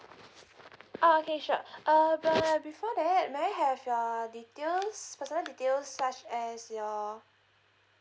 oh okay sure uh but before that may I have your details personal details such as your